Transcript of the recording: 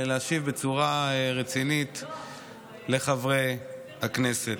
להשיב בצורה רצינית לחברי הכנסת.